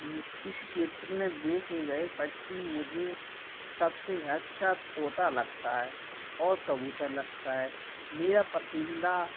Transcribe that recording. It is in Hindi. इस क्षेत्र में देखे गए पक्षी मुझे सबसे अच्छा तोता लगता है और कबूतर लगता है मेरा पसंदीदा